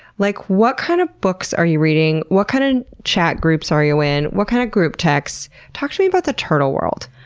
like what kind of books are you reading? what kind of chat groups are you in? what kind of group texts? talk to me about the turtle world.